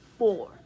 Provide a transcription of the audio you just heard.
four